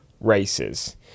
races